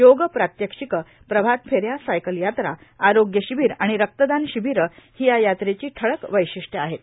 योग प्रात्याक्षिक प्रभातफेऱ्या सायकल यात्रा आरोग्य शिबीर आणि रक्तदान शिबिरं ही या यात्रेची ठळक वैशिष्ट्ये होत